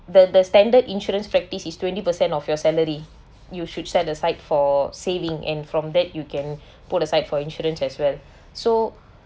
the the standard insurance practice is twenty percent of your salary you should set aside for saving and from that you can put aside for insurance as well so